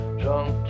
drunk